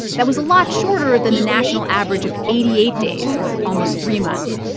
that was a lot shorter than the national average of eighty eight days, or almost three months.